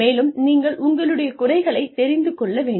மேலும் நீங்கள் உங்களுடைய குறைகளைத் தெரிந்து கொள்ள வேண்டும்